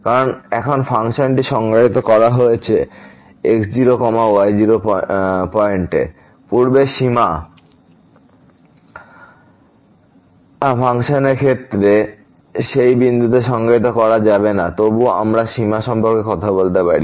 কারণ এখন ফাংশনটি সংজ্ঞায়িত করা হয়েছে x0y0 পয়েন্টে পূর্বে সীমা ফাংশনের ক্ষেত্রে সেই বিন্দুতে সংজ্ঞায়িত করা যাবে না তবুও আমরা সীমা সম্পর্কে কথা বলতে পারি